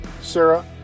Sarah